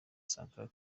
sankara